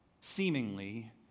seemingly